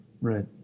Right